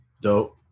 dope